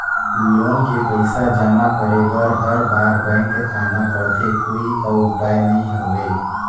Loan के पईसा जमा करे बर हर बार बैंक आना पड़थे कोई अउ उपाय नइ हवय?